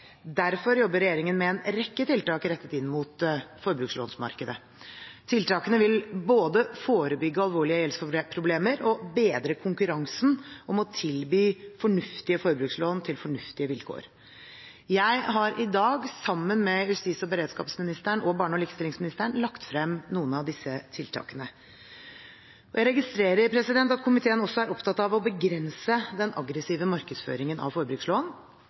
Derfor jobber regjeringen med en rekke tiltak rettet inn mot forbrukslånsmarkedet. Tiltakene vil både forebygge alvorlige gjeldsproblemer og bedre konkurransen om å tilby fornuftige forbrukslån til fornuftige vilkår. Jeg har i dag, sammen med justis- og beredskapsministeren og barne- og likestillingsministeren, lagt frem noen av disse tiltakene. Jeg registrerer at komiteen også er opptatt av å begrense den aggressive markedsføringen av forbrukslån,